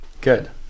good